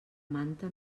manta